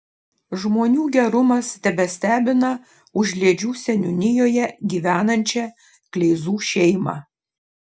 žmonių gerumas tebestebina užliedžių seniūnijoje gyvenančią kleizų šeimą